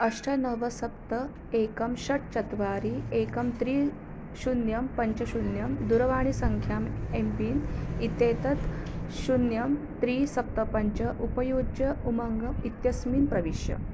अष्ट नव सप्त एकं षट् चत्वारि एकं त्रीणि शून्यं पञ्च शून्यं दुरवाणीसङ्ख्याम् एम्पिन् इत्येतत् शून्यं त्रीणि सप्त पञ्च उपयुज्य उमङ्गम् इत्यस्मिन् प्रविश